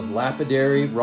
lapidary